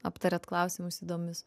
aptariat klausimus įdomius